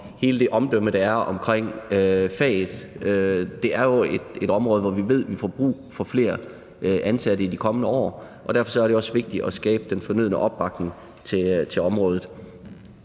hele det omdømme, der er omkring faget. Det er jo et område, hvor vi ved vi får brug for flere ansatte i de kommende år, og derfor er det også vigtigt at skabe den fornødne opbakning til området.